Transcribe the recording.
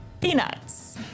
Peanuts